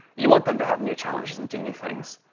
you want them to have new challenges and do new things.